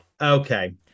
Okay